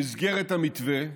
במסגרת המתווה,